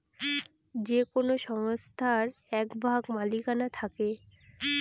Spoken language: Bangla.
যে কোনো সংস্থার এক ভাগ মালিকানা থাকে